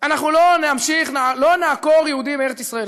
אנחנו לא נעקור יהודים מארץ-ישראל,